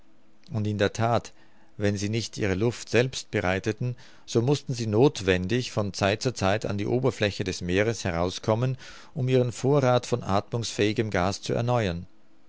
und in der that wenn sie nicht ihre luft selbst bereiteten so mußten sie nothwendig von zeit zu zeit an die oberfläche des meeres herauskommen um ihren vorrath von athmungsfähigem gas zu erneuern